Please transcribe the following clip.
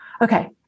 okay